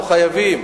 אנחנו חייבים